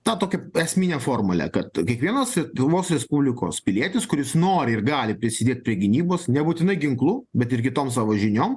tą tokią esminę formulę kad kiekvienas lietuvos respublikos pilietis kuris nori ir gali prisidėt prie gynybos nebūtinai ginklu bet ir kitom savo žiniom